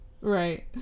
Right